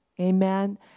Amen